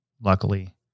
luckily